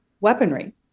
weaponry